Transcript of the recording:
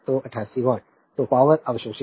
तो 88 वाट तो पावरअवशोषित